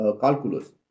calculus